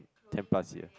ten plus year